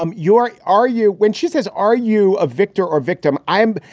um your are you. when she says are you a victor or victim? i am.